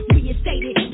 reinstated